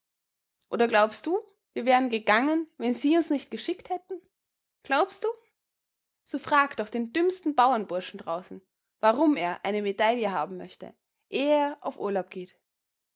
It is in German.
oder glaubst du wir wären gegangen wenn sie uns nicht geschickt hätten glaubst du so frag doch den dümmsten bauernburschen draußen warum er eine medaille haben möchte ehe er auf urlaub geht